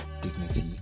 dignity